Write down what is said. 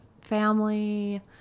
family